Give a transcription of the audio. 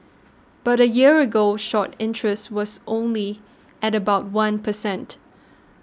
but a year ago short interest was only at about one per cent